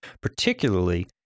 particularly